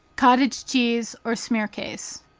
cottage cheese or smearcase.